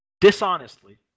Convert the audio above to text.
dishonestly